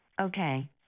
Okay